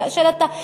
כאשר אתה,